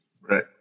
Right